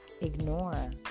ignore